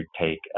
take